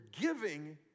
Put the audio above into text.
giving